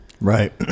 Right